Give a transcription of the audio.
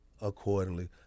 accordingly